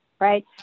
right